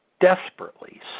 desperately